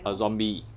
a zombie